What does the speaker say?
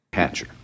Hatcher